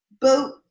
boat